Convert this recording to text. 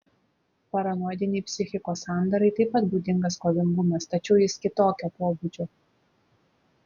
paranoidinei psichikos sandarai taip pat būdingas kovingumas tačiau jis kitokio pobūdžio